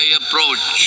approach